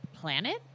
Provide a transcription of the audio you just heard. planet